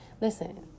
Listen